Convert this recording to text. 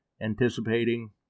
anticipating